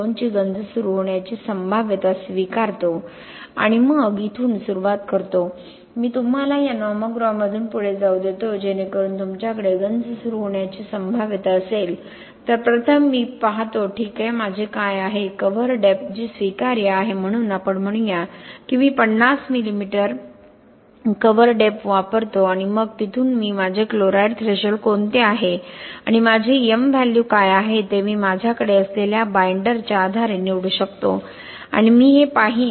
2 ची गंज सुरू होण्याची संभाव्यता स्वीकारतो आणि मग मी इथून सुरुवात करतो मी तुम्हाला या नॉमोग्राममधून पुढे जाऊ देतो जेणेकरून तुमच्याकडे गंज सुरू होण्याची संभाव्यता असेल तर प्रथम मी पाहतो ठीक आहे माझे काय आहे कव्हर डेप्थ जी स्वीकार्य आहे म्हणून आपण म्हणूया की मी 50 मिमी कव्हर डेप्थ वापरतो आणि मग तेथून मी माझे क्लोराईड थ्रेशोल्ड कोणते आहे आणि माझे m व्हॅल्यू काय आहे ते मी माझ्याकडे असलेल्या बाईंडरच्या आधारे निवडू शकतो आणि मी हे पाहीन